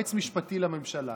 יועץ משפטי לממשלה